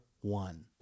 one